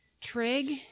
trig